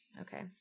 Okay